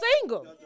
single